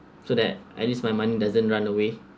so that at least my money doesn't run away